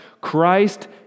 Christ